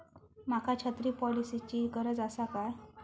माका छत्री पॉलिसिची गरज आसा काय?